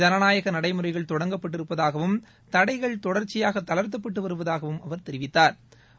ஜனநாயக நடைமுறைகள் தொடங்கப்பட்டிருப்பதாகவும் தடைகள் தொடர்ச்சியாக தளர்த்தப்பட்டு வருவதாகவும் அவர் தெரிவித்தாா்